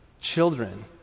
children